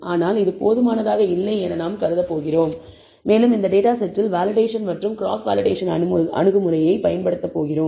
ஆனால் இது போதுமானதாக இல்லை என்று நாம் கருதப் போகிறோம் மேலும் இந்த டேட்டா செட்டில் வேலிடேஷன் மற்றும் கிராஸ் வேலிடேஷன் அணுகுமுறையைப் பயன்படுத்த போகிறோம்